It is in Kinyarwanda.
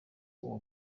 uwo